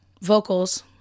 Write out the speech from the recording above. vocals